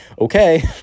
okay